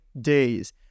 days